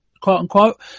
quote-unquote